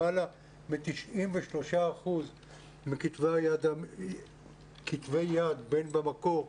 למעלה מ-93% מכתבי היד, בין במקור,